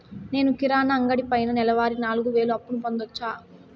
నేను కిరాణా అంగడి పైన నెలవారి నాలుగు వేలు అప్పును పొందొచ్చా?